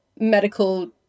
medical